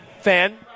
Fan